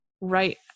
right